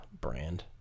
brand